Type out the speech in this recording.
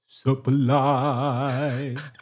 supplied